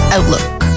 Outlook